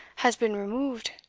has been removed?